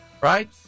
Right